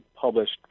published